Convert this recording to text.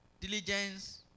Diligence